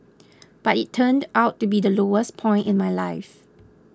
but it turned out to be the lowest point in my life